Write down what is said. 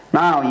Now